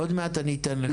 עוד מעט אני אתן לך.